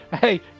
Hey